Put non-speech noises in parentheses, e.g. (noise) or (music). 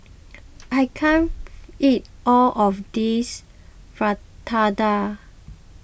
(noise) I can't eat all of this Fritada